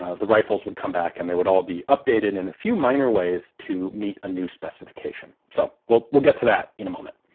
ah the rifles would come back, and they would all be updated in a few minor ways to meet a new specification. so we'll we'll get to that in a moment.